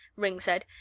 ringg said.